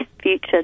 future